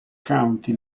county